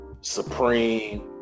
Supreme